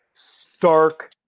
Stark